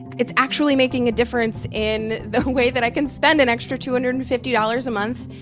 it's actually making a difference in the way that i can spend an extra two hundred and fifty dollars a month.